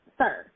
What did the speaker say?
sir